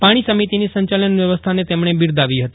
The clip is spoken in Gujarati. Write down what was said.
પાણી સમિતિની સંચાલન વ્યવસ્થાને તેમણે બિરદાવી ફતી